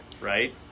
Right